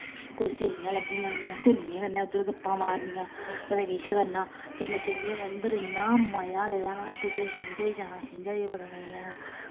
कोई स्हेलियां लब्भी जानियां स्हेलियें कन्नै उद्धर गप्पां मारनियां कदें किश करना ते नरसिंह् मंदर इन्ना मजा लेदा ना ते उद्धर छिंज च जाना छिंज च बड़ा मजा लैना